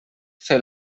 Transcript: fer